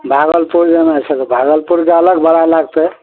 भागलपुर जाना छै तऽ भागलपुरके अलग भाड़ा लागतै